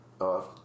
off